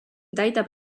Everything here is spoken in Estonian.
täidab